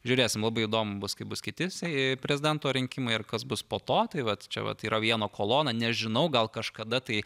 žiūrėsim labai įdomu bus kai bus kiti se prezidento rinkimai ar kas bus po to tai vat čia vat yra viena kolona nežinau gal kažkada tai